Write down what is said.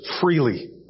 freely